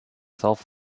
self